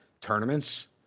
tournaments